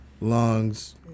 lungs